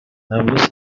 امروز